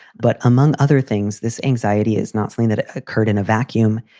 but among other things, this anxiety is not something that occurred in a vacuum.